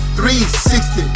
360